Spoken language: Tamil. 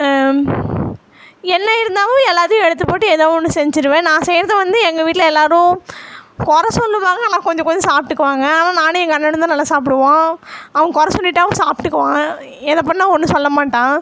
என்ன இருந்தாலும் எல்லாத்தையும் எடுத்து போட்டு ஏதோ ஒன்று செஞ்சுடுவேன் நான் செய்கிறது வந்து எங்கள் வீட்டில் எல்லோரும் குறை சொல்லுவாங்க ஆனால் கொஞ்சம் கொஞ்சம் சாப்பிட்டுக்குவாங்க ஆனால் நானும் எங்கள் அண்ணனும்தா நல்லா சாப்பிடுவோம் அவன் குறை சொல்லிட்டாவும் அவன் சாப்பிட்டுக்குவான் எதை பண்ணால் ஒன்றும் சொல்லமாட்டான்